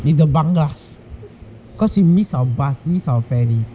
with the bangas because we missed the bus missed our ferry